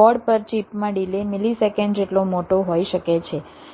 board પર ચિપમાં delay millisecond જેટલો મોટો હોઈ શકે છે